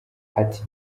ati